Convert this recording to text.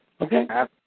Okay